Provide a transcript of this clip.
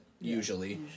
usually